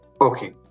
Okay